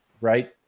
right